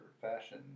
fashion